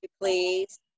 Please